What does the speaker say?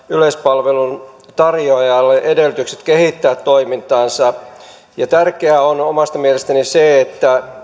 yleispalveluntarjoajalle mahdollisuuden kehittää toimintaansa tärkeää on omasta mielestäni se että